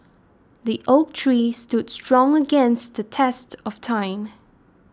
the oak tree stood strong against the test of time